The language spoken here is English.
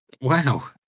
wow